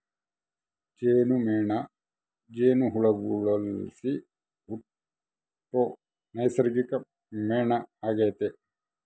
ಜೇನುಮೇಣ ಜೇನುಹುಳುಗುಳ್ಲಾಸಿ ಹುಟ್ಟೋ ನೈಸರ್ಗಿಕ ಮೇಣ ಆಗೆತೆ